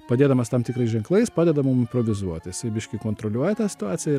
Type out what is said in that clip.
padėdamas tam tikrais ženklais padeda mum improvizuot jisai biškį kontroliuoja tą situaciją